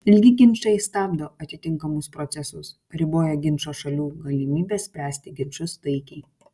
ilgi ginčai stabdo atitinkamus procesus riboja ginčo šalių galimybes spręsti ginčus taikiai